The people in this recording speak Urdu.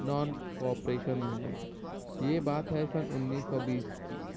نان کاپریشن مومنٹ یہ بات ہے سن انیس سو بیس کی